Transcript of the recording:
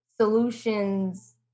solutions